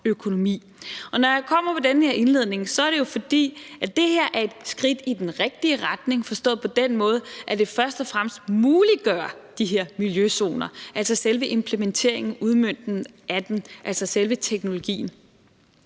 Når jeg kommer med den her indledning, er det jo, fordi det her er et skridt i den rigtige retning, forstået på den måde, at det først og fremmest muliggør de her miljøzoner, altså selve implementeringen, udmøntningen af dem – altså selve teknologien.